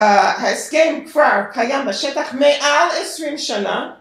‫ההסכם כבר קיים בשטח מעל 20 שנה.